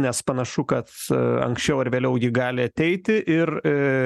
nes panašu kad anksčiau ar vėliau ji gali ateiti ir